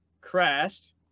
crashed